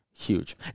Huge